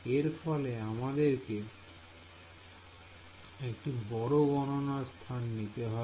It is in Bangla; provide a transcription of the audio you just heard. এর ফলে আমাদেরকে একটি বড় গণনার স্থান নিতে হবে